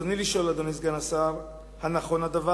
רצוני לשאול, אדוני סגן השר: 1. האם נכון הדבר?